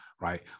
right